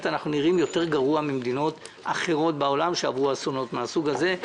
אנחנו נראים יותר גרוע ממדינות אחרות בעולם שעברו אסונות מהסוג הזה.